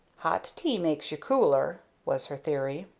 hot tea makes you cooler, was her theory.